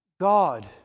God